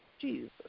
Jesus